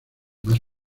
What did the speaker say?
más